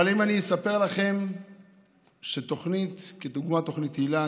אבל אם אני אספר לכם שתוכנית כדוגמת תוכנית היל"ה,